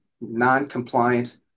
non-compliant